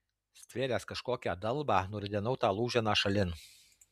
stvėręs kažkokią dalbą nuridenau tą lūženą šalin